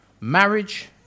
Marriage